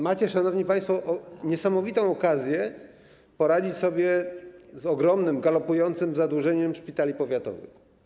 Macie, szanowni państwo, niesamowitą okazję poradzić sobie z ogromnym, galopującym zadłużeniem szpitali powiatowych.